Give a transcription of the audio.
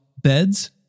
beds